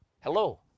Hello